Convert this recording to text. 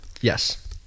yes